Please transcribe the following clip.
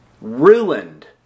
ruined